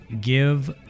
Give